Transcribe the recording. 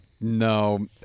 No